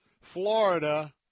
Florida